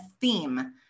theme